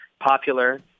popular